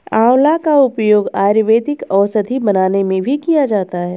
आंवला का उपयोग आयुर्वेदिक औषधि बनाने में भी किया जाता है